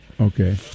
Okay